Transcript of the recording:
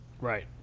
Right